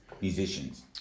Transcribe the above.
musicians